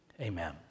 amen